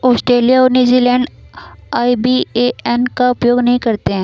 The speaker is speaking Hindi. ऑस्ट्रेलिया और न्यूज़ीलैंड आई.बी.ए.एन का उपयोग नहीं करते हैं